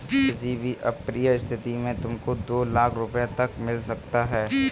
किसी भी अप्रिय स्थिति में तुमको दो लाख़ रूपया तक मिल सकता है